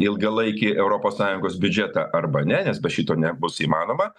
ilgalaikį europos sąjungos biudžetą arba ne nes be šito nebus įmanoma